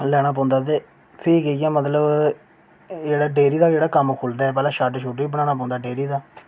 लेना पौंदा ते फ्ही जाइयै मतलब जेह्ड़ा डेयरी दा कम्म खु'लदा ऐ शैड बी बनाना पौंदा डेयरी दा